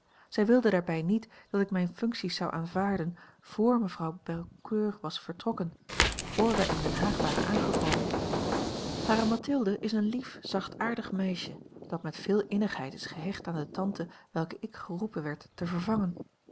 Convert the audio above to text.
zij wilde daarbij niet dat ik mijne functies zou aanvaarden vr mevrouw belcoeur was vertrokken vr wij in den haag waren aangekomen hare mathilde is een lief zachtaardig meisje dat met veel innigheid is gehecht aan de tante welke ik geroepen werd te vervangen